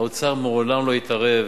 האוצר מעולם לא התערב